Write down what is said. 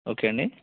okay అండి